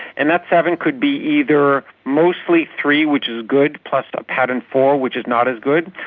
and that seven could be either mostly three which is good, plus a pattern four which is not as good,